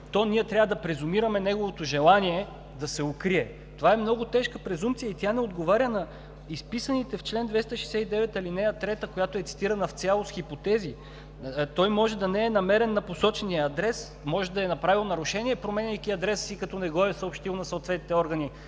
то ние трябва да презумираме неговото желание да се укрие. Това е много тежка презумпция и тя не отговаря на изписаните в чл. 269, ал. 3, която е цитирана в цялост хипотези. Той може да не е намерен на посочения адрес, може да е направил нарушение, променяйки адреса си, като не го е съобщил на съответните органи.